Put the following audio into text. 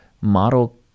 model